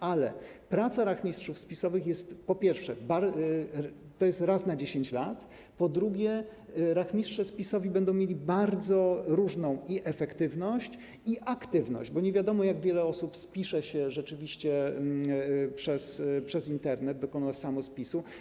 Ale praca rachmistrzów spisowych jest, po pierwsze, zajęciem wykonywanym raz na 10 lat, a po drugie, rachmistrze spisowi będą mieli bardzo różną efektywność i aktywność, bo nie wiadomo, jak wiele osób spisze się rzeczywiście przez Internet, dokona samospisu.